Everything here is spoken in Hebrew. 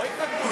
לא התנגדות,